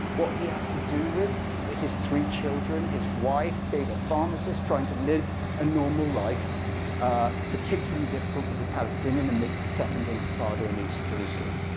what he has to do with is his three children, his wife, being a pharmacist, trying to live a normal life particularly difficult as a palestinian amidst the second intifada in east jerusalem.